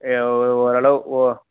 ஓரளவு ஓ